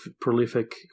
prolific